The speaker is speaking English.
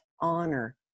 honor